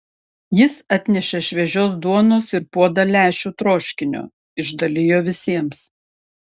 jis atnešė šviežios duonos ir puodą lęšių troškinio išdalijo visiems